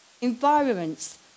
Environments